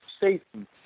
safety